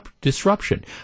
disruption